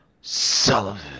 Sullivan